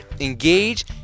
engage